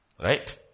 Right